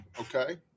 Okay